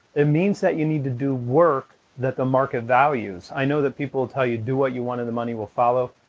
means that you need to do work that the market values. i know that people will tell you, do what you want and the money will follow.